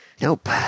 Nope